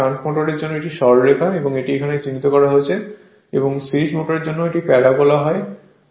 shunt মোটরের জন্য এটি সরলরেখা এটি এখানে চিহ্নিত করা হয়েছে এবং সিরিজ মোটরের জন্য এটি প্যারাবোলা হবে